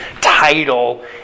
title